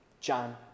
John